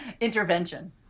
intervention